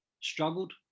struggled